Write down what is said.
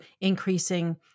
increasing